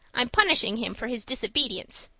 i'm punishing him for his disobedience.